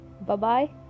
bye-bye